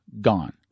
gone